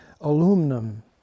aluminum